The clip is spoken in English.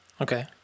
Okay